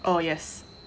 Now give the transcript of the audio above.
oh yes